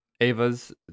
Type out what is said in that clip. Ava's